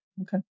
Okay